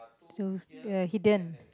two they are hidden